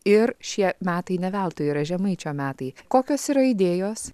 ir šie metai ne veltui yra žemaičio metai kokios yra idėjos